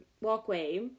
walkway